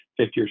50